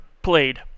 played